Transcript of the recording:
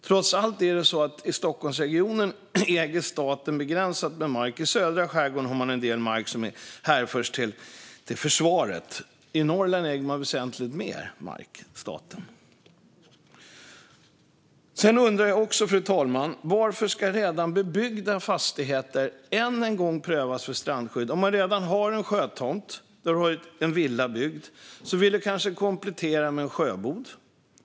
Trots allt äger staten begränsat med mark i Stockholmsregionen, även om man i södra skärgården har en del mark som hänför sig till försvaret. I Norrland äger staten väsentligt mer mark. Fru talman! Jag undrar också varför redan bebyggda fastigheter än en gång ska prövas för strandskydd. Om man redan har en sjötomt med en villa vill man kanske komplettera med en sjöbod.